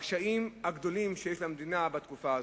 בקשיים הגדולים שיש למדינה בתקופה הזו.